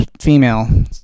female